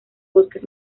bosques